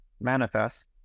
manifest